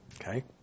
Okay